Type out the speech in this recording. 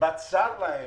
בצר להם,